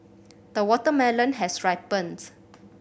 the watermelon has ripened